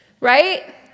right